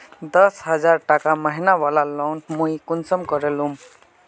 दस हजार टका महीना बला लोन मुई कुंसम करे लूम?